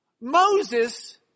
Moses